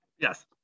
Yes